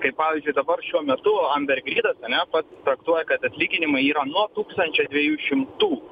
kaip pavyzdžiui dabar šiuo metu amber gridas ane pats traktuoja kad atlyginimai yra nuo tūkstančio dviejų šimtų